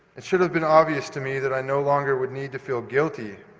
it should have been obvious to me that i no longer would need to feel guilty,